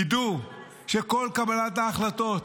ידעו שכל קבלת ההחלטות,